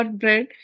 bread